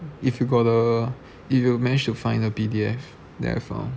if you got the if you manage to find the P_D_F that I found